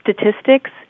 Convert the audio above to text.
statistics